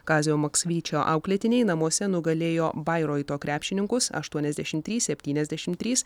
kazio maksvyčio auklėtiniai namuose nugalėjo bairoito krepšininkus aštuoniasdešimt trys septyniasdešimt trys